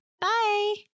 Bye